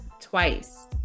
Twice